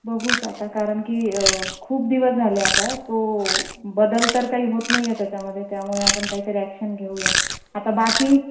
बघूच आता कारण की खूप दिवस झाले आता तो बदल तर काही होत नाही आहे त्याच्यामध्ये त्यामुळे आपण काहीतरी ॲक्शन घेऊया आता बाकी